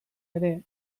ere